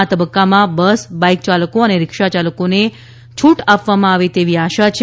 આ તબક્કામાં bus bike ચાલકો અને રિક્ષા ચાલકોને છૂટ આપવામાં આ વે તેવી આશા છે